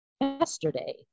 yesterday